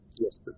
Yes